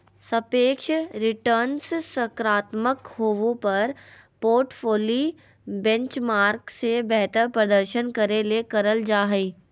सापेक्ष रिटर्नसकारात्मक होबो पर पोर्टफोली बेंचमार्क से बेहतर प्रदर्शन करे ले करल जा हइ